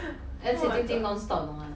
oh my god